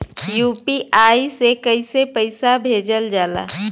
UPI से कइसे पैसा भेजल जाला?